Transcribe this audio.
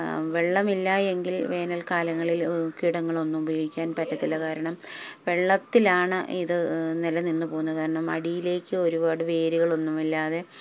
വെള്ളമില്ലെങ്കിൽ വേനൽക്കാലങ്ങളിൽ കീടങ്ങളൊന്നും ഉപയോഗിക്കാൻ പറ്റില്ല കാരണം വെള്ളത്തിലാണ് ഇത് നിലനിന്നുപോകുന്നത് കാരണം അടിയിലേക്ക് ഒരുപാട് വേരുകളൊന്നുമില്ലാതെ